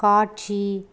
காட்சி